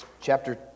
chapter